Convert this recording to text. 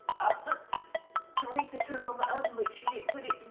ah theresa turned on the oven, but she didn't put it